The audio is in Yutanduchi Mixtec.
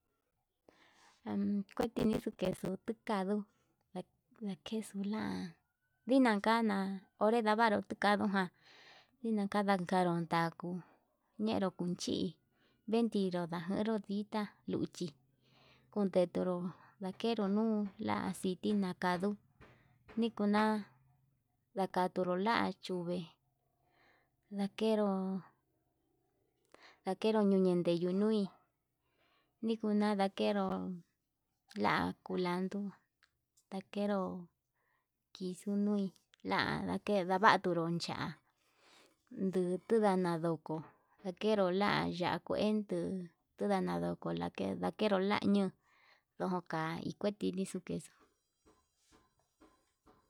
Jan kukinixu queso tukaduu a kexuu la dinankana, onre ndavaru kaduu ján, indakaru takuu ñenruu kunchi vendiro najero ditá luchi kundeturu ndakeru nuu la aciti nakaduu nikuna, ndakaturu la chuve lakeru lakeru ndude ñuñe nui nikuna ndakero, la kulandu lakero kixuu nui la ndake lavaturu cha'a nduu tunana ndoko kakero ya'á lakuen nduu tuu nana ndó ko lakero la ñun ndoka iketini xuu kexuu.